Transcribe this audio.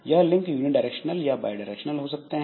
यह link unidirectional या bidirectional हो सकता है